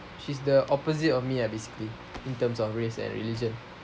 she's the opposite of me ah basically in terms of race and religion